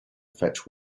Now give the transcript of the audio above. fetch